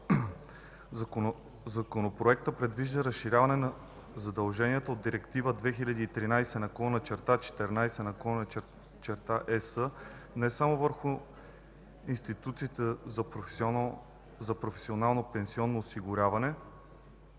Законопроектът предвижда разширяване на задълженията от Директива 2013/14/ ЕС не само върху институциите за професионално пенсионно осигуряване